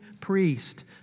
priest